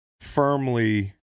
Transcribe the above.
firmly